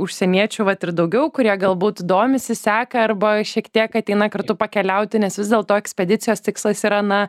užsieniečių vat ir daugiau kurie galbūt domisi seka arba šiek tiek ateina kartu pakeliauti nes vis dėlto ekspedicijos tikslas yra na